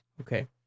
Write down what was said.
Okay